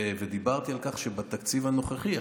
ודיברתי על כך שבתקציב הנוכחי,